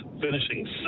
finishing